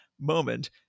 moment